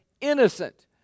innocent